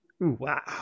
wow